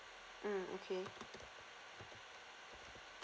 mm okay